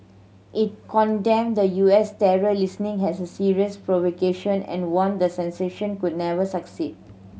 it condemned the U S terror listing has a serious provocation and warned that sanction could never succeed